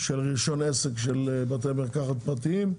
לרישיון עסק לבתי מרקחת פרטיים,